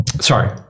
Sorry